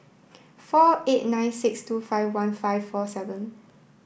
four eight nine six two five one five four seven